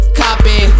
copy